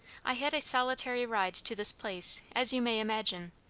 i had a solitary ride to this place, as you may imagine,